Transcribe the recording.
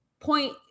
Point